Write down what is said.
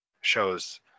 shows